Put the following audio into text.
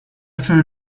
after